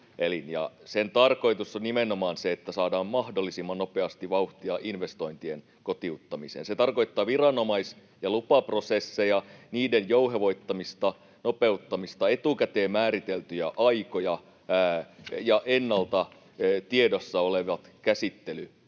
sen tarkoitus on nimenomaan se, että saadaan mahdollisimman nopeasti vauhtia investointien kotiuttamiseen. Se tarkoittaa viranomais- ja lupaprosesseja, niiden jouhevoittamista, nopeuttamista, etukäteen määriteltyjä aikoja ja ennalta tiedossa olevia käsittelyaikoja.